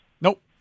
Nope